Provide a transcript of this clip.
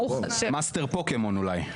מאסטר פוקימון אולי.